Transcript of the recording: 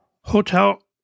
Hotel